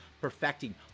perfecting